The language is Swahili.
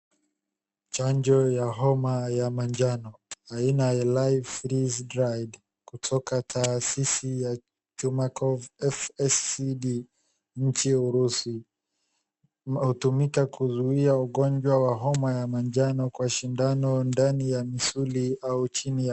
Chanjo ya homa ya manjano, aina ya Live Freeze-Dried , kutoka taasisi ya Chumakov FSC R&D , nchi ya Urusi, hutumika kuzuia ugonjwa wa homa ya manjano kwa sindano ndani ya misuli au chini ya...